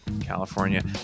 California